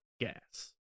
gas